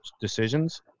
decisions